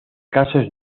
casos